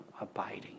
abiding